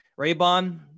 Raybon